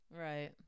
right